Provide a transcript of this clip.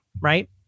right